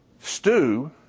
Stew